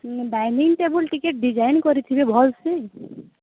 dining table ଟିକେ design କରିଥିବେ ଭଲ୍ସେ